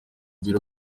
biro